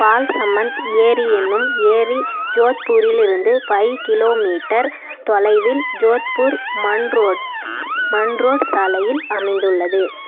பால்சம்மந்த் ஏரி என்னும் ஏரி ஜோத்பூரிலிருந்து ஃபை கிலோமீட்டர் தொலைவில் ஜோத்பூர் மண்ரோட் மண்ரோட் சாலையில் அமைந்துள்ளது